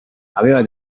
aveva